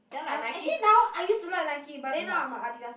I'm actually now I use to like Nike but then now I'm like Adidas